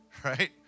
Right